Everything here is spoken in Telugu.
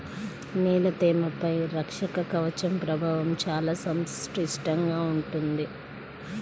నేల తేమపై రక్షక కవచం ప్రభావం చాలా సంక్లిష్టంగా ఉంటుంది